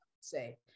say